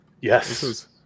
Yes